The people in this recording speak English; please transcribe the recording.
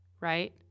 right